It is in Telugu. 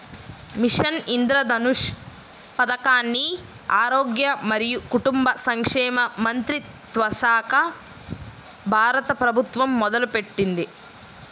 మిషన్ ఇంద్రధనుష్ పథకాన్ని ఆరోగ్య మరియు కుటుంబ సంక్షేమ మంత్రిత్వశాఖ, భారత ప్రభుత్వం మొదలుపెట్టింది